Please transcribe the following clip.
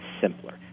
simpler